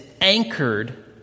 anchored